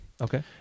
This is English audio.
Okay